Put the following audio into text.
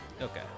Okay